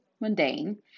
mundane